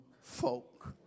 folk